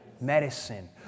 medicine